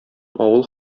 авыл